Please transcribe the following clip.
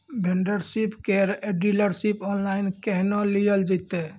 Vendor केर dealership online केहनो लियल जेतै?